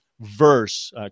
verse